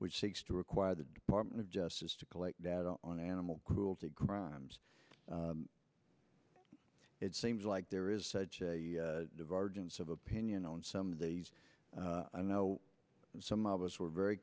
which seeks to require the department of justice to collect data on animal cruelty crimes it seems like there is a divergence of opinion on some of these i know some of us were very